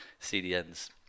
CDNs